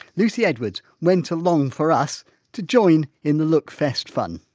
lucy edwards went along for us to join in the lookfest fun.